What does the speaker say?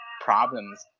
problems